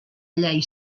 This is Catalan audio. llei